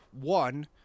One